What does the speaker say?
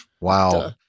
wow